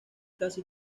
casi